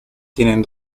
tienen